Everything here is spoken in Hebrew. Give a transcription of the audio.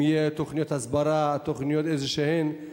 האם יהיו תוכניות הסברה או תוכניות כלשהן,